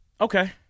Okay